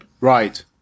Right